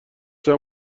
چند